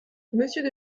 monsieur